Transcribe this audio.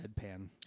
deadpan